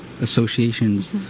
associations